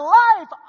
life